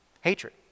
hatred